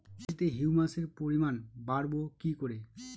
মাটিতে হিউমাসের পরিমাণ বারবো কি করে?